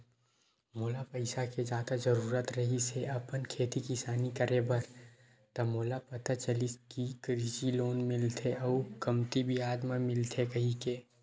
मोला पइसा के जादा जरुरत रिहिस हे अपन खेती किसानी करे बर त मोला पता चलिस कि कृषि लोन मिलथे अउ कमती बियाज म मिलथे कहिके